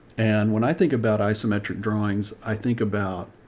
and when i think about isometric drawings, i think about,